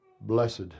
blessed